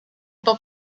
top